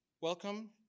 Welcome